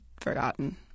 forgotten